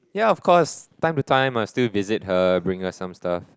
yeah of course time to time I still visit her bring her some stuff